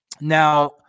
now